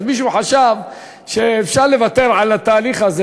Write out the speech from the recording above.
מישהו חשב שאפשר לוותר על התהליך הזה